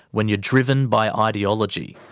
when you're driven by ideology.